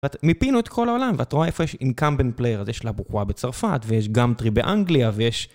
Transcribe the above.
מפינו את כל העולם. ואת רואה איפה יש אינקמבנט פלייר הזה של הבוקוואה בצרפת, ויש "גאם-טרי" באנגליה, ויש...